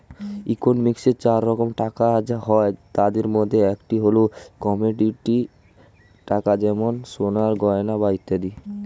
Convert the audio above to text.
ইকোনমিক্সে চার রকম টাকা হয়, তাদের মধ্যে একটি হল কমোডিটি টাকা যেমন সোনার গয়না বা ইত্যাদি